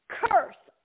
curse